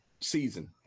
season